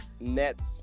Nets